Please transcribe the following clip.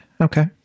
okay